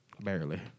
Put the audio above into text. Barely